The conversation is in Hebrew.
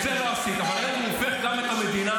את זה לא עשית, אבל הוא הופך גם את המדינה.